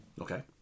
Okay